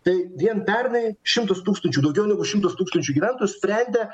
tai vien pernai šimtas tūkstančių daugiau negu šimtas tūkstančių gyventojų sprendė